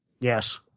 Yes